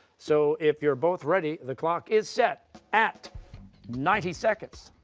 so if you're both ready, the clock is set at ninety seconds,